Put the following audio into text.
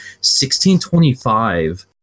1625